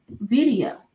video